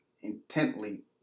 intently